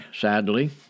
sadly